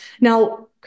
Now